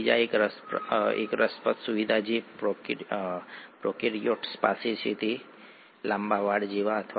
અને આ રીતે કોષ તેના વિવિધ કાર્યો કરવા માટે તેની ઉર્જા મેળવે છે